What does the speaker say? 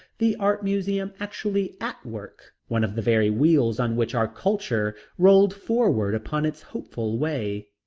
the art museum actually at work, one of the very wheels on which our culture rolled forward upon its hopeful way.